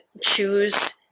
choose